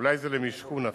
אולי למשכון אפילו.